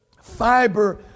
fiber